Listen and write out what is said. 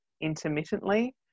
intermittently